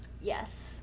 yes